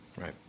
Right